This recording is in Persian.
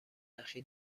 نخی